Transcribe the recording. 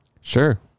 Sure